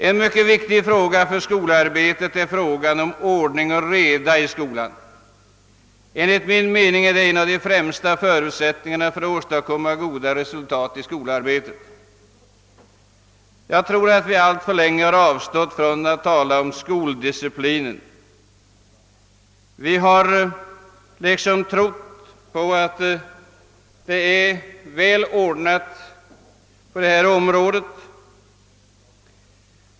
En mycket viktig fråga för skolarbetet är frågan om ordning och reda i skolan. Enligt min mening är en av de främsta förutsättningarna för att kunna åstadkomma goda resultat i skolarbetet just att ordning och reda råder. Jag anser att vi alltför länge har avstått från att tala om skoldisciplinen. Vi har trott att allt är väl ordnat på detta område.